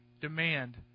demand